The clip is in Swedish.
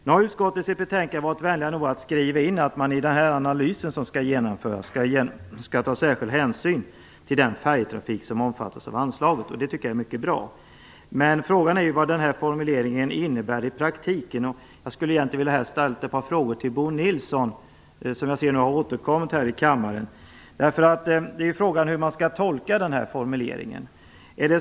Nu har utskottet i betänkandet varit vänligt nog att skriva in att man i den analys som skall genomföras skall ta särskild hänsyn till den färjetrafik som omfattas av anslaget, och det är mycket bra. Frågan är vad formuleringen innebär i praktiken. Jag skulle egentligen vilja ställa ett par frågor till Bo Nilsson, som jag ser nu har återkommit till kammaren. Frågan är hur man skall tolka den här formuleringen.